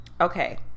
Okay